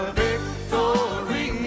victory